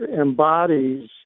embodies